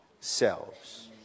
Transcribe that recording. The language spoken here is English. Selves